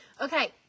Okay